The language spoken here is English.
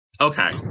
Okay